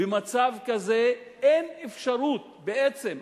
במצב כזה אין אפשרות בעצם,